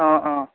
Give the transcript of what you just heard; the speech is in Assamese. অঁ অঁ